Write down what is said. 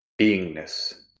beingness